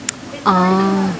ah